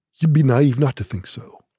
you'd be naive not to think so.